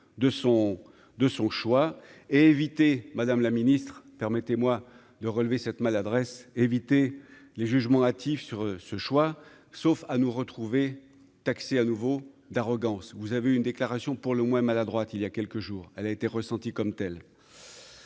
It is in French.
de son choix et éviter, Madame la Ministre, permettez-moi de relever cette maladresse, éviter les jugements hâtifs sur ce choix, sauf à nous retrouver taxer à nouveau d'arrogance : vous avez une déclaration pour le moins mal à droite, il y a quelques jours, elle a été ressentie comme telle.